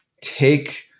take